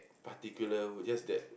particular just that